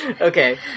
Okay